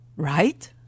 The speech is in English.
Right